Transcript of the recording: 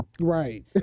Right